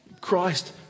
Christ